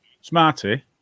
Smarty